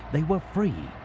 they were free.